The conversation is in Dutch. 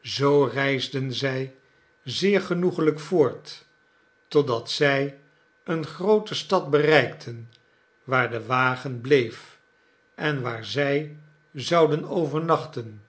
zoo reisden zij zeer genoeglijk voort totdat zij eene groote stad bereikten waar de wagen bleef en waar zij zouden overnachten